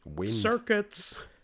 circuits